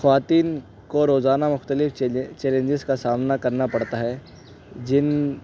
خواتین کو روزانہ مختلف چیلینجز کا سامنا کرنا پڑتا ہے جن